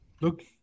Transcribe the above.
look